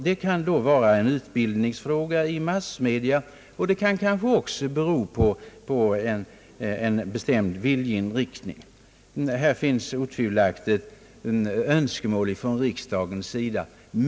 Det kan vara fråga om utbildning av massmedias representanter, och det kan också vara fråga om en bestämd viljeinriktning att korrekt skildra riksdagen. Här finns otvivelaktigt befogade önskemål från riksdagens sida.